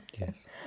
Yes